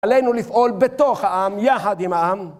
עלינו לפעול בתוך העם, יחד עם העם.